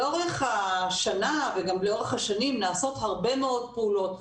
לאורך השנה וגם לאורך השנים נעשות הרבה מאוד פעולות,